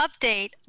update